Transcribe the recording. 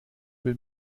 will